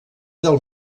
del